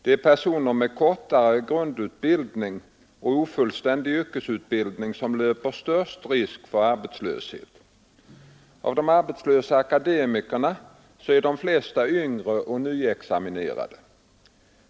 Det är personer med kortare grundutbildning och ofullständig yrkesutbildning som löper störst risk för arbetslöshet. Av de arbetslösa akademikerna är de flesta yngre och nyexaminerade.